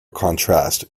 contrast